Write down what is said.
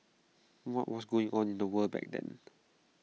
what was going on in the world back then